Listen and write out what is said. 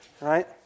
right